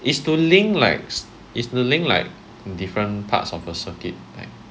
is to link likes is to link like different parts of a circuit like